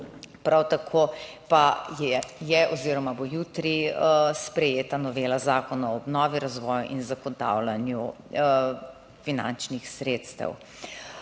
prav tako pa je oziroma bo jutri sprejeta novela zakona o obnovi, razvoju in zagotavljanju finančnih sredstev.